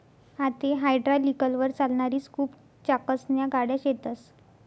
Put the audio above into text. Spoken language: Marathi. आते हायड्रालिकलवर चालणारी स्कूप चाकसन्या गाड्या शेतस